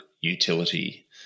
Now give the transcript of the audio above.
utility